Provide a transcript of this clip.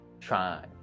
trying